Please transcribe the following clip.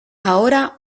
ahora